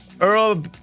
Earl